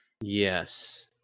Yes